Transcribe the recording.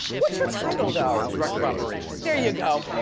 what's your title though? director of operations. there you go,